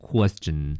Question